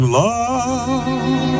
love